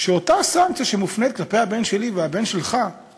באותה סנקציה שמופנית כלפי הבן שלי והבן שלך אם